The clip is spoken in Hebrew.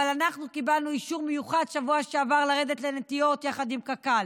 אבל אנחנו קיבלנו אישור מיוחד בשבוע שעבר לרדת לנטיעות יחד עם קק"ל.